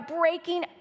breaking